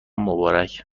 مبارک